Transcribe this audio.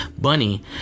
Bunny